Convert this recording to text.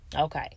Okay